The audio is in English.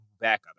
Backup